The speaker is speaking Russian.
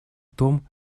том